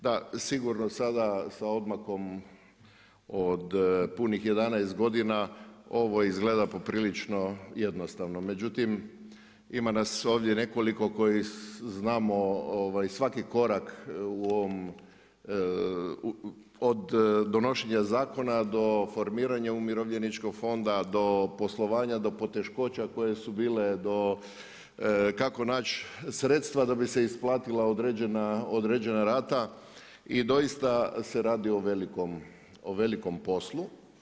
Da, sigurno sada sa odmakom od punih 11 godina ovo izgleda poprilično jednostavno, međutim ima nas ovdje nekoliko koji znamo svaki korak u ovom od donošenja zakona do formiranja Umirovljeničkog fonda, do poslovanja, do poteškoća koje su bile, do kako naći sredstva da bi se isplatila određena rata i doista se radi o velikom poslu.